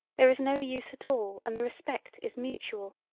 there is no use at all and the respect is mutual.